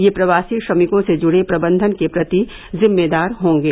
यह प्रवासी श्रमिकों से जूड़े प्रबंधन के प्रति जिम्मेदार होंगे